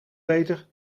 beter